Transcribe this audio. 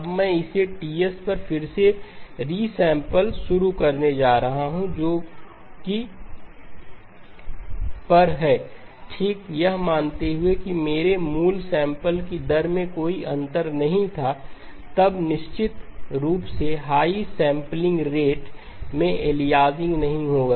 अब मैं इसे Ts पर फिर रिसैंपल शुरू करने जा रहा हूं जो कि TsL पर है ठीक यह मानते हुए कि मेरे मूल सैंपल की दर में कोई अंतर नहीं था तब निश्चित रूप से हाई सैंपलिंग रेट में एलियासिंग नहीं होगा